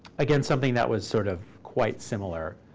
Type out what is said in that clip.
again, something that was sort of quite similar.